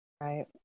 Right